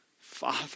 Father